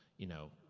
you know,